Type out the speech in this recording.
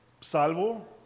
salvo